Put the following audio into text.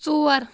ژور